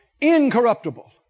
incorruptible